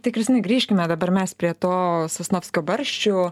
tai kristinai grįžkime dabar mes prie to sosnovskio barščių